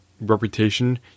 reputation